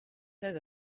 says